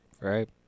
Right